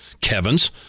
Kevin's